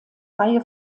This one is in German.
reihe